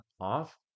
off